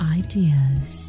ideas